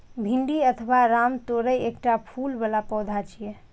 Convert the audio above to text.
भिंडी अथवा रामतोरइ एकटा फूल बला पौधा छियै